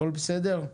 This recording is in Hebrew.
הכול בסדר.